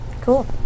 Cool